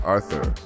Arthur